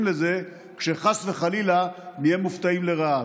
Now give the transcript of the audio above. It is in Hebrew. לזה כשחס וחלילה נהיה מופתעים לרעה.